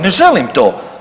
Ne želim to.